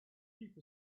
keep